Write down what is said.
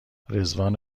رضوان